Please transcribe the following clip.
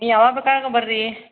ನೀವು ಯಾವಾಗ ಬೇಕೋ ಆಗ ಬನ್ರಿ